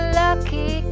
lucky